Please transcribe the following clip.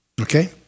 Okay